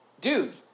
Dude